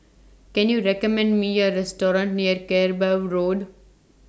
Can YOU recommend Me A Restaurant near Kerbau Road